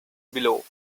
below